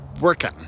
working